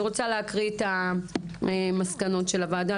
אני רוצה להקריא את המסקנות של הוועדה.